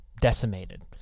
decimated